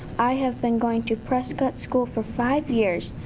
i have been going to prescott school for five years.